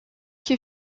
que